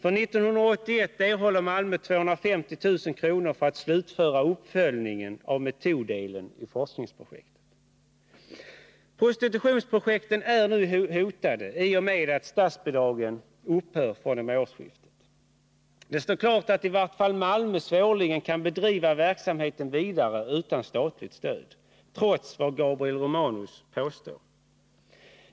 För 1981 erhåller Malmö 250 000 kr. för att slutföra uppföljningen av metoddelen i forskningsprojektet. Prostitutionsprojekten är nu hotade i och med att statsbidraget upphör fr.o.m. årsskiftet. Det står klart att i varje fall Malmö svårligen kan bedriva verksamheten vidare utan statligt stöd, trots det som Gabriel Romanus Nr 139 påstår.